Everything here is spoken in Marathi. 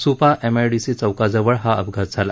स्पा एमआयडीसी चौकाजवळ हा अपघात झाला